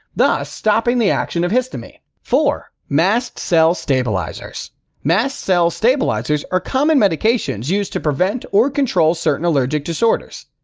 thus stopping the action of histamine. four mast cell stabilizers mast cell stabilizers are common medications used to prevent or control certain allergic disorders.